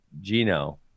gino